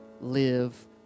live